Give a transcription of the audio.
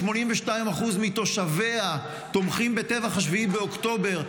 82% מתושביה תומכים בטבח 7 באוקטובר.